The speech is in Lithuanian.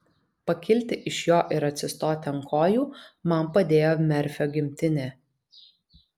pakilti iš jo ir atsistoti ant kojų man padėjo merfio gimtinė